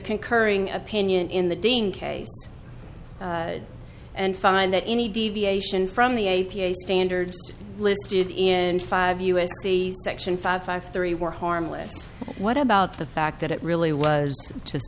concurring opinion in the dean case and find that any deviation from the a p a standards listed in five u s c section five five three were harmless what about the fact that it really was